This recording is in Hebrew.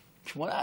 18,000?